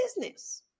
business